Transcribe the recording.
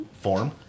form